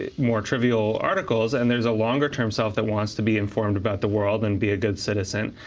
ah more trivial articles, and there's a longer-term self that wants to be informed about the world and be a good citizen.